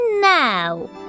now